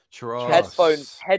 Headphones